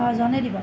অ জনাই দিব